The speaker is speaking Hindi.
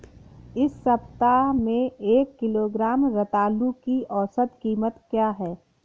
इस सप्ताह में एक किलोग्राम रतालू की औसत कीमत क्या है?